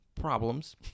problems